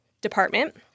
department